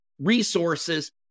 resources